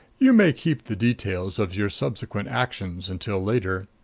you may keep the details of your subsequent actions until later.